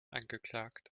angeklagt